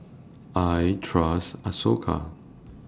I Trust Isocal